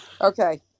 okay